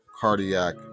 Cardiac